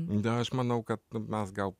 nu aš manau kad mes gal